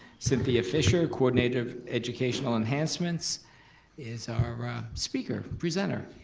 cynthia fischer, coordinator of educational enhancements is our ah speaker, presenter.